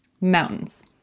Mountains